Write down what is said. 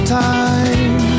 time